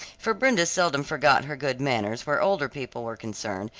for brenda seldom forgot her good manners where older people were concerned,